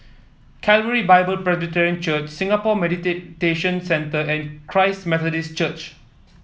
Calvary Bible Presbyterian Church Singapore Centre and Christ Methodist Church